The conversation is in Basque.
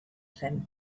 zen